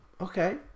Okay